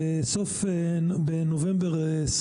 בנובמבר 2021